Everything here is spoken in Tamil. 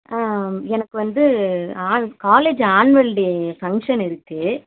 எனக்கு வந்து ஆ காலேஜ் ஆன்வல் டே ஃபங்ஷன் இருக்கு